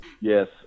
Yes